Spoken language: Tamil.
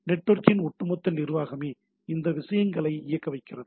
நெட்வொர்க்கின் ஒட்டுமொத்த நிர்வாகமே இந்த விஷயங்களை இயக்க வைக்கிறது